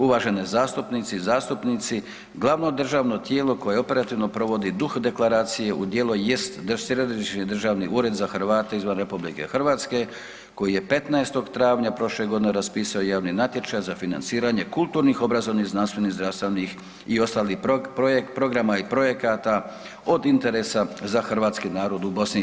Uvažene zastupnici i zastupnici, glavno državno tijelo koje operativno provodi duh deklaracije u djelo jest Središnji državni ured za Hrvate izvan RH koji je 15. travnja prošle godine raspisao javni natječaj za financiranje kulturnih, obrazovnih, znanstvenih i zdravstvenih i ostalih programa i projekata od interesa za hrvatski narod u BiH.